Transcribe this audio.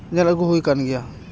ᱧᱮᱞ ᱟᱹᱜᱩ ᱦᱩᱭ ᱠᱟᱱ ᱜᱮᱭᱟ